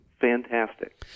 fantastic